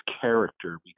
character